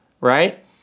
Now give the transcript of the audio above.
right